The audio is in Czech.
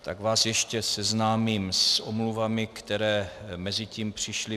Tak vás ještě seznámím s omluvami, které mezitím přišly.